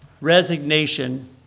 resignation